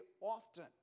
often